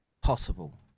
possible